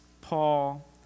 Paul